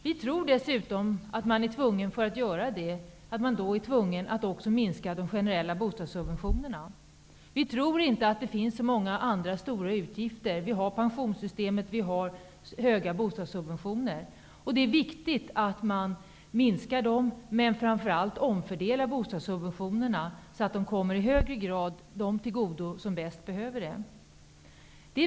Vi tror dessutom att man, för att kunna göra det, är tvungen att minska de generella bostadssubventionerna. Vi tror inte att det finns så många andra stora utgifter. Vi har pensionssystemet, och vi har de höga bostadssubventionerna. Det är viktigt att utgifterna minskas, men framför allt att bostadssubventionerna omfördelas, så att de i högre grad kommer de människor till godo som bäst behöver dem.